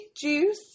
juice